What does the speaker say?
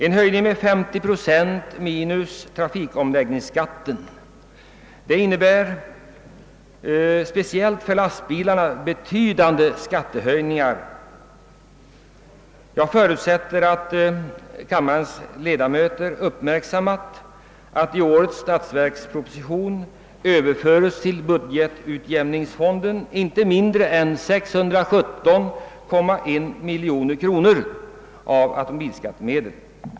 En ökning med 50 procent minus trafikomläggningsskatten innebär, speciellt för lastbilsägarna, betydande skattehöjningar. Jag förutsätter att kammarens ledamöter uppmärksammat, att i årets statsverksproposition överföres inte mindre än 617,1 miljoner kronor av bilskattemedel till budgetutjämningsfonden.